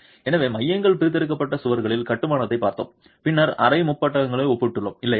எனவே மையங்கள் பிரித்தெடுக்கப்பட்ட சுவர்களின் கட்டுமானத்தைப் பார்த்தோம் பின்னர் அதை முப்பட்டகளுடன் ஒப்பிட்டோம் இல்லையா